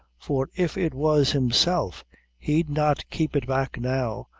for if it was himself he'd not keep it back now,